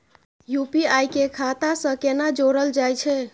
UPI के खाता सं केना जोरल जाए छै?